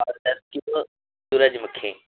اور دس کلو سورج مکھی